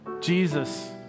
Jesus